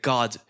God